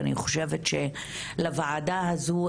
ואני חושבת שלוועדה הזו,